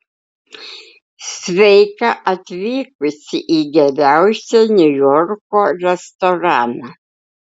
sveika atvykusi į geriausią niujorko restoraną